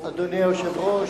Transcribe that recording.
אדוני היושב-ראש,